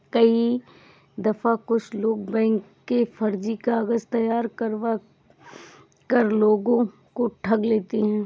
कई दफा कुछ लोग बैंक के फर्जी कागज तैयार करवा कर लोगों को ठग लेते हैं